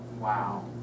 Wow